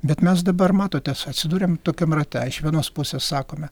bet mes dabar matote ats atsiduriam tokiam rate iš vienos pusės sakome